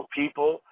people